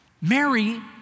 Mary